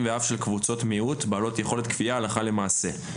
ואף של קבוצות מיעוט בעלות יכולת כפייה הלכה למעשה.